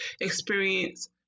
experience